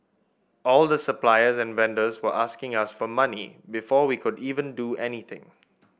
all the suppliers and vendors were asking us for money before we could even do anything